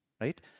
right